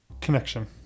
Connection